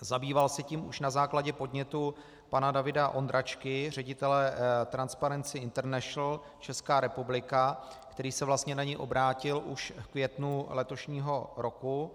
Zabýval se tím už na základě podnětu pana Davida Ondráčky, ředitele Transparency International, Česká republika, který se vlastně na něj obrátil už v květnu letošního roku.